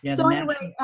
yeah so anyway,